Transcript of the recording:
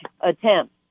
attempt